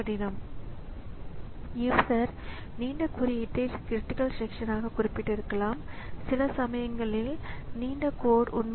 எனவே எந்தவொரு ஆப்பரேட்டிங் ஸிஸ்டமும் பயனாளர்களின் பார்வையில் இருந்து சேவைகளின் தொகுப்பாக கருதப்படலாம்